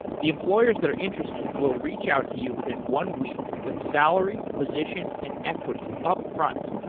the employers that are interested will reach out to you within one week with salary, position and equity upfront.